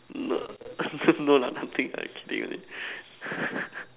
no no lah nothing I kidding only